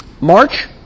March